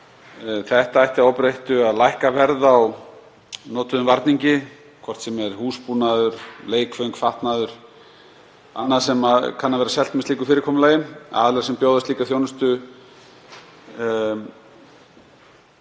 ætti að óbreyttu að lækka verð á notuðum varningi, hvort sem það er húsbúnaður, leikföng, fatnaður og annað sem kann að vera selt er með slíku fyrirkomulagi. Aðilar sem bjóða slíka þjónustu